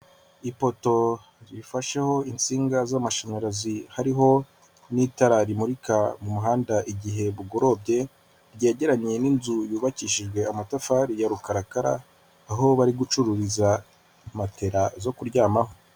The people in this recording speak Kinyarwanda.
Ipoto rifasheho insinga z'amashanyarazi hariho n'itara rimurika umuhanda igihe bugorobye, ryegeranye n'inzu yubakishijwe amatafari ya rukarakara, aho bari gucururiza matela zo kuryamaho.